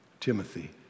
Timothy